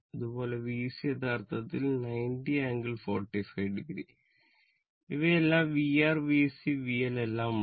അതുപോലെ Vc യഥാർത്ഥത്തിൽ 90 ∟ 450 ഇവയെല്ലാം VR VC VL എല്ലാം ഉണ്ട്